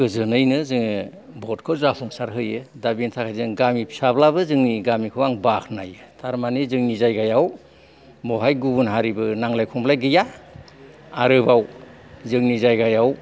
गोजोनैनो जङो भटखौ जाफुंसार होयो दा बेनि थाखायनो जों गामि फिसाब्लाबो जोंनि गिमिखौ आं बाखनायो थारमानि जोंनि जायगायाव बेवहाय गुबुन हारिबो नांलाय खमलाय गैया आरोबाव जोंनि जायगायाव